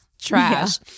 Trash